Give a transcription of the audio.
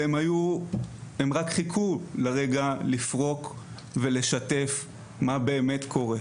הם רק חיכו לרגע לפרוק ולשתף מה באמת קורה,